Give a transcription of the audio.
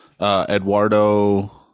Eduardo